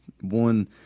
one